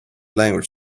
language